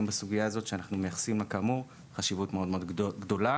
בסוגייה הזאת שכאמור אנחנו מייחסים לה חשיבות מאוד מאוד גדולה.